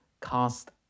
cast